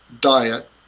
diet